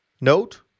note